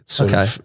Okay